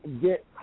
get